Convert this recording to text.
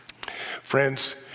Friends